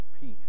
peace